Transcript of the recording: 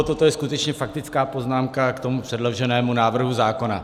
Toto je skutečně faktická poznámka k předloženému návrhu zákona.